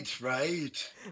right